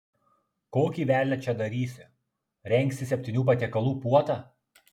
kokį velnią čia darysi rengsi septynių patiekalų puotą